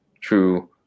true